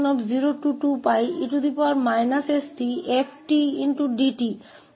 तो फिर से इसे 0 से 𝜋 केवल के लिए परिभाषित किया गया है